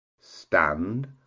stand